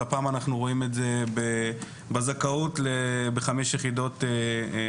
הפעם אנחנו רואים את זה בזכאות לחמש יחידות מתמטיקה.